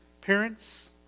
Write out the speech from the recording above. Parents